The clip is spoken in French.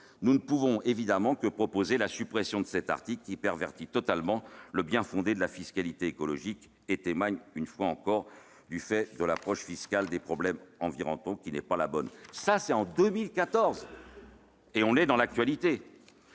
Nous ne pouvons évidemment que proposer la suppression de cet article, qui pervertit totalement le bien-fondé de la fiscalité écologique et témoigne, une fois encore, du fait que l'approche fiscale des problèmes environnementaux n'est pas la bonne. » Ces propos ont été